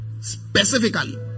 Specifically